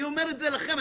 אני אומר את זה לכם,